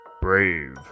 Brave